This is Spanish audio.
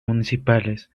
municipales